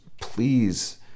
please